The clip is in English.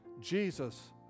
Jesus